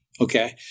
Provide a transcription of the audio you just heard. Okay